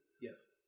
Yes